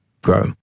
Grow